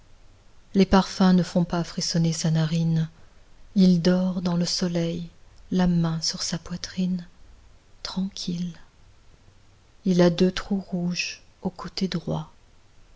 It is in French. les parfums ne font pas frissonner sa narine il dort dans le soleil la main sur sa poitrine tranquille il a deux trous rouges au côté droit